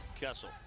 Kessel